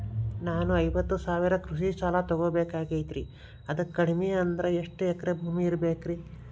ನಾನು ಐವತ್ತು ಸಾವಿರ ಕೃಷಿ ಸಾಲಾ ತೊಗೋಬೇಕಾಗೈತ್ರಿ ಅದಕ್ ಕಡಿಮಿ ಅಂದ್ರ ಎಷ್ಟ ಎಕರೆ ಭೂಮಿ ಇರಬೇಕ್ರಿ?